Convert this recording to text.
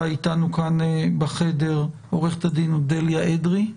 איתנו כאן בחדר עורכת הדין אודליה אדרי,